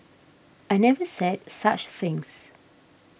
I never said such things